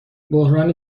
بحران